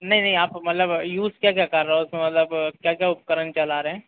नहीं नहीं आप मतलब यूज़ क्या क्या कर रहे हो उस में मतलब क्या क्या उपकरण चला रहे हैं